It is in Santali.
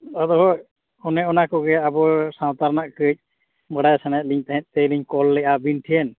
ᱟᱫᱚ ᱦᱳᱭ ᱚᱱᱮ ᱚᱱᱟᱠᱚᱜᱮ ᱟᱵᱚ ᱥᱟᱶᱛᱟ ᱨᱮᱱᱟᱜ ᱠᱟᱹᱡ ᱵᱟᱲᱟᱭ ᱥᱟᱱᱟᱭᱮᱫᱞᱤᱧ ᱛᱮᱦᱮᱸᱫ ᱛᱮᱞᱤᱧ ᱠᱚᱞ ᱞᱮᱫᱼᱟ ᱟᱹᱵᱤᱱ ᱴᱷᱮᱱ